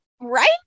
Right